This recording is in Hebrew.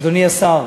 אדוני השר,